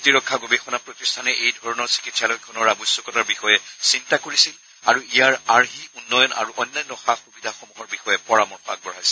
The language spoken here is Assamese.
প্ৰতিৰক্ষা গৱেষণা প্ৰতিষ্ঠানে এই ধৰণৰ চিকিৎসালয়খনৰ আৱশ্যকতাৰ বিষয়ে চিন্তা কৰিছিল আৰু ইয়াৰ আৰ্হি উন্নয়ন আৰু অন্যান্য সা সুবিধাসমূহৰ বিষয়ে পৰামৰ্শ আগবঢ়াইছিল